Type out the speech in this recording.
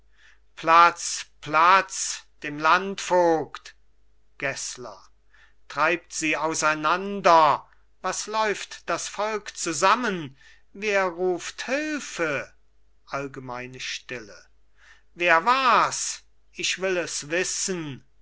platz platz dem landvogt gessler treibt sie auseinander was läuft das volk zusammen wer ruft hilfe allgemeine stille wer war's ich will es wissen